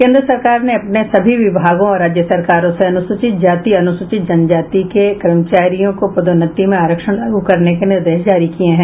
केन्द्र सरकार ने अपने सभी विभागों और राज्य सरकारों से अनुसूचित जाति और अनुसूचित जनजाति के कर्मचारियों को पदोन्नति में आरक्षण लागू करने के निर्देश जारी किये हैं